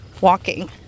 walking